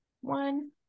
one